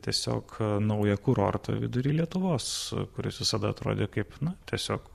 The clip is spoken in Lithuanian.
tiesiog naują kurortą vidury lietuvos kuris visada atrodė kaip na tiesiog